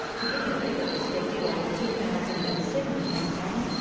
to get a better perspective on the two thousand and seven campaign,